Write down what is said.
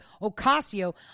Ocasio